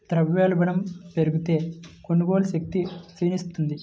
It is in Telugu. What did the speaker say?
ద్రవ్యోల్బణం పెరిగితే, కొనుగోలు శక్తి క్షీణిస్తుంది